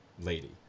lady